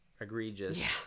egregious